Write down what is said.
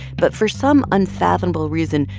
but for some unfathomable reason,